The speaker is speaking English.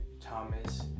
Thomas